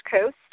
Coast